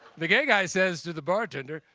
the gay guy says to the bartender,